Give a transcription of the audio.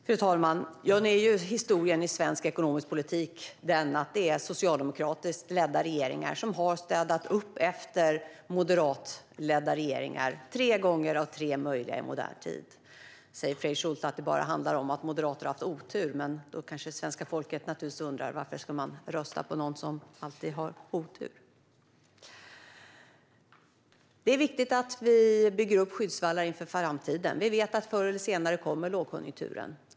Fru talman! Nu visar ju historien i svensk ekonomisk politik att det är socialdemokratiskt ledda regeringar som har städat upp efter moderatledda regeringar - tre gånger av tre möjliga i modern tid. Fredrik Schulte säger kanske att det bara handlar om att moderater har haft otur, men då undrar naturligtvis svenska folket varför man ska rösta på någon som alltid har otur. Det är viktigt att vi bygger upp skyddsvallar inför framtiden; vi vet att lågkonjunkturen kommer förr eller senare.